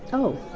oh.